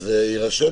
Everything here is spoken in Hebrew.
שזה יישאר